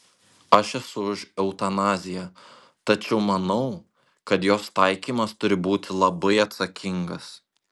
aš esu už eutanaziją tačiau manau kad jos taikymas turi būti labai atsakingas